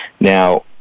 Now